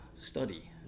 study